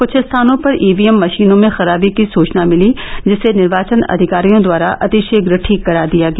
कुछ स्थानों पर ईवीएम मषीनों में खराबी की सूचना मिली जिसे निर्वाचन अधिकारियों द्वारा अतिषीघ्र ठीक करा दिया गया